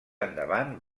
endavant